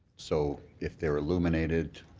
so if they're illuminated,